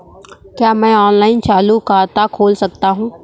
क्या मैं ऑनलाइन चालू खाता खोल सकता हूँ?